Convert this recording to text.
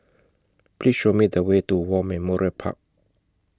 Please Show Me The Way to War Memorial Park